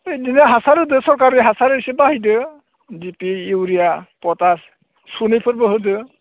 इदिनो हासार होदो सरखारनि हासार एसे बाहायदो डि पि इउरिया पटाश सुनैफोरबो होदो